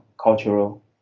cultural